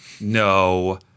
No